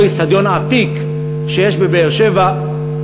אותו איצטדיון עתיק שיש בבאר-שבע.